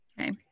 okay